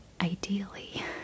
ideally